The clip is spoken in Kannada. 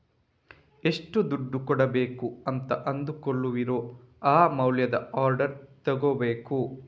ಎಷ್ಟು ದುಡ್ಡು ಕೊಡ್ಬೇಕು ಅಂತ ಅಂದುಕೊಳ್ಳುವಿರೋ ಆ ಮೌಲ್ಯದ ಆರ್ಡರ್ ತಗೋಬೇಕು